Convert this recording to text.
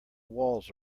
walls